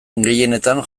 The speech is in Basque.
gehienetan